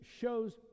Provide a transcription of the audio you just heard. shows